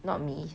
not me